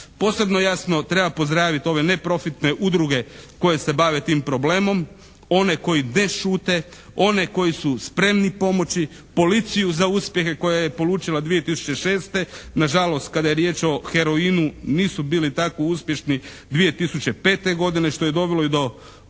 Posebno jasno treba pozdraviti ove neprofitne udruge koje se bave tim problemom. One koji šute, one koji su spremni pomoći, policiju za uspjehe koje je polučila 2006. na žalost kada je riječ o heroinu nisu bili tako uspješni 2005. godine što je dovelo i do vidimo